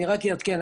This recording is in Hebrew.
אני רק אעדכן,